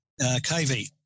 KV